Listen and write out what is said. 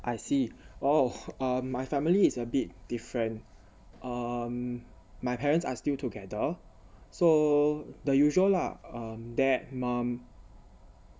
I see !wow! um my family is a bit different um my parents are still together so the usual lah um dad mom